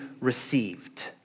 received